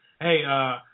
hey